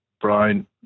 Brian